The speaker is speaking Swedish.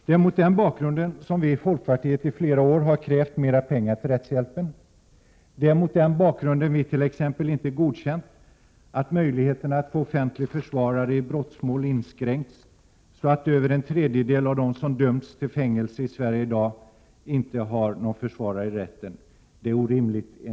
Det är mot denna bakgrund som vi i folkpartiet i flera år har krävt mer pengar till rättshjälpsverksamheten. Det är mot denna bakgrund som vit.ex. inte godkänt att möjligheten att få offentlig försvarare i brottmål inskränkts så att över en tredjedel av dem som döms till fängelse i Sverige i dag inte har någon försvarare i rätten. Det är orimligt.